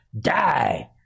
Die